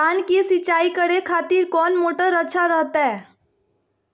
धान की सिंचाई करे खातिर कौन मोटर अच्छा रहतय?